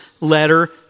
letter